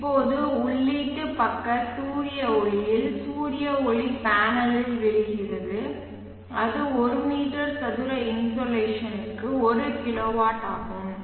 இப்போது உள்ளீட்டு பக்க சூரிய ஒளியில் சூரிய ஒளி பேனலில் விழுகிறது அது ஒரு மீட்டர் சதுர இன்சோலேஷனுக்கு 1 கிலோவாட் ஆகும்